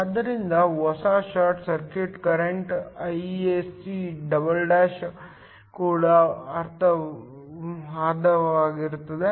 ಆದ್ದರಿಂದ ಹೊಸ short circuit current Isc ಕೂಡ ಅರ್ಧವಾಗಿರುತ್ತದೆ